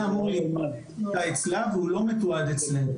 המידע אמור להימצא אצלה והוא לא מתועד אצלנו.